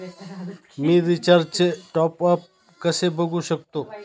मी रिचार्जचे टॉपअप कसे बघू शकतो?